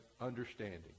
understanding